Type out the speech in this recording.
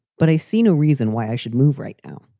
but i see no reason why i should move right now.